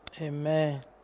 Amen